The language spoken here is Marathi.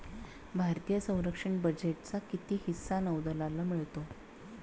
भारतीय संरक्षण बजेटचा किती हिस्सा नौदलाला मिळतो?